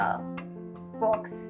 box